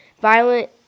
violent